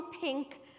pink